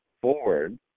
forward